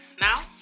now